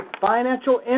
financial